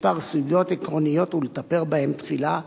בכמה סוגיות עקרוניות ולטפל בהן תחילה,